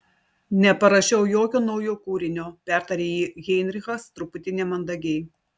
neparašiau jokio naujo kūrinio pertarė jį heinrichas truputį nemandagiai